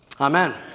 Amen